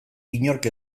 inork